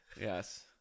Yes